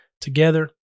together